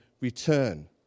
return